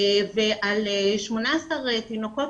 ועל 18 תינוקות,